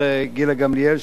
שזה תחום אחריותה,